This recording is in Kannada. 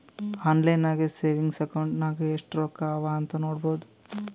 ಆನ್ಲೈನ್ ನಾಗೆ ಸೆವಿಂಗ್ಸ್ ಅಕೌಂಟ್ ನಾಗ್ ಎಸ್ಟ್ ರೊಕ್ಕಾ ಅವಾ ಅಂತ್ ನೋಡ್ಬೋದು